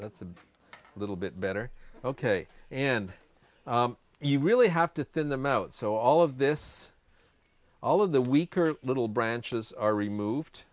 that's a little bit better ok and you really have to thin them out so all of this all of the weaker little branches are removed